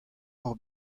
ocʼh